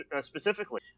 specifically